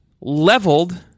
Leveled